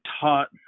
taught